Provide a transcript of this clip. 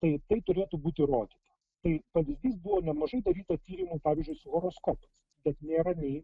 tai tai turėtų būti įrodyta tai pavyzdys buvo nemažai daryta tyrimų pavyzdžiui su horoskopais bet nėra nei